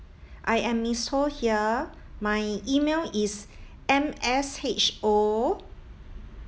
I am miss ho here my email is M S H O